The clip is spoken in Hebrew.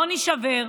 לא נישבר,